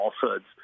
falsehoods